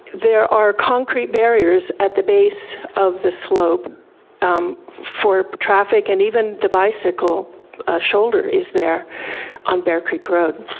there are concrete barriers at the base of the slope for traffic and even the bicycle shoulder is there on bear creek road.